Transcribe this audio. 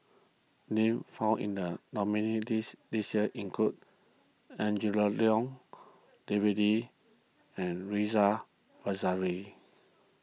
names found in the nominees' list this year include Angela Liong David Lee and Ridzwan Dzafir